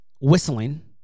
whistling